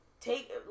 take